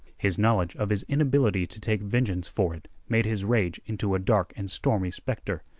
his knowledge of his inability to take vengeance for it made his rage into a dark and stormy specter,